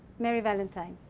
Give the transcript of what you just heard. merry valentine's.